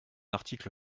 article